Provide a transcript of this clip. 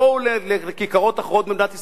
בואו לכיכרות אחרות במדינת ישראל,